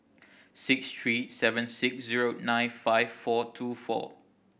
six three seven six zero nine five four two four